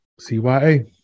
CYA